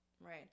right